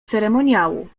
ceremoniału